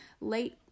late